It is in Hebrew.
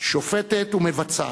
שופטת ומבצעת.